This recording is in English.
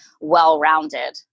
well-rounded